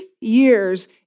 years